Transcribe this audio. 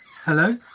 Hello